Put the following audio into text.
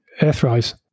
Earthrise